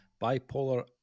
bipolar